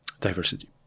Diversity